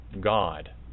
God